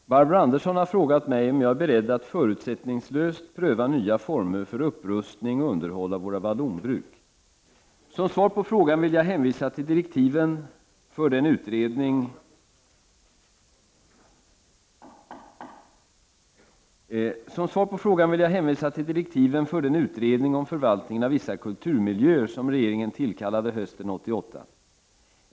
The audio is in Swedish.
Herr talman! Barbro Andersson har frågat mig om jag är beredd att förutsättningslöst pröva nya former för upprustning och underhåll av våra vallonbruk. Som svar på frågan vill jag hänvisa till direktiven för den utredning om förvaltningen av vissa kulturmiljöer som regeringen tillkallade hösten 1988.